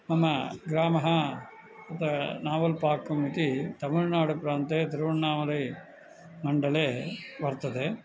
मम ग्रामः अत्र नावेल् पाकम् इति तमिळ्नाडुप्रान्ते तिरुवण्णामलैमण्डले वर्तते